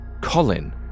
Colin